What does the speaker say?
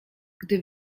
gdy